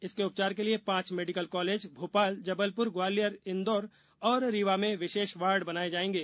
इसके उपचार के लिए पांच मेडिकल कॉलेज भोपाल जबलपुर ग्वालियर इंदौर और रीवा में विशेष वार्ड बनाए जाएंगे